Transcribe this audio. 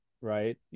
Right